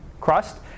crust